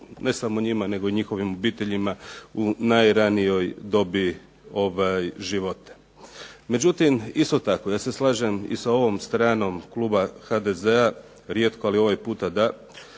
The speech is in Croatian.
ne samo njima nego i njihovim obiteljima u najranijoj dobi života. Međutim isto tako, ja se slažem i sa ovom stranom kluba HDZ-a, rijetko ali ovaj puta da,